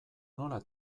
nola